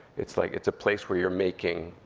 it's like it's a place where you're making,